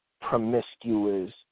promiscuous